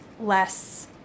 less